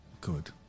good